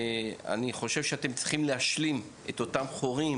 אני חושב שאתם צריכים להשלים את אותם חורים